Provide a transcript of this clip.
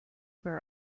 were